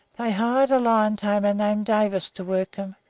they hired a lion-tamer named davis to work em,